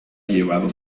llevado